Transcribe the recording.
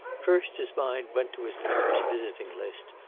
first his mind went to his parish visiting list,